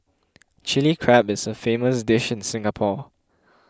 Chilli Crab is a famous dish in Singapore